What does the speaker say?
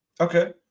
okay